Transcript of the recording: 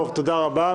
תודה רבה.